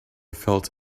felt